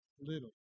little